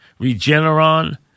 Regeneron